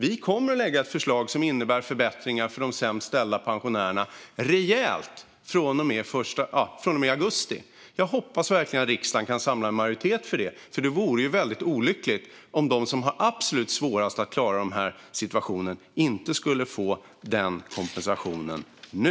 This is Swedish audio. Vi kommer att lägga fram ett förslag som innebär en rejäl förbättring för de sämst ställda pensionärerna från och med augusti. Jag hoppas verkligen att riksdagen kan samla en majoritet för detta, för det vore väldigt olyckligt om de som har svårast att klara denna situation inte skulle få den här kompensationen nu.